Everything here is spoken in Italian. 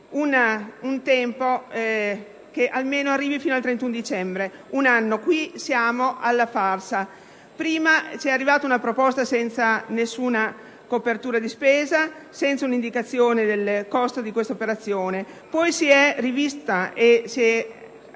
un tempo che almeno arrivi fino al 31 dicembre, un anno. Qui siamo alla farsa: prima ci è arrivata una proposta senza alcuna copertura di spesa e senza un'indicazione del costo dell'operazione; poi questa è stata rivista e si è